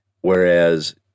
Whereas